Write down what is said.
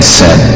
sin